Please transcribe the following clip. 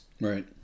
Right